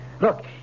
Look